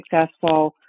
successful